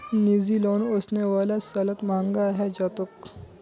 निजी लोन ओसने वाला सालत महंगा हैं जातोक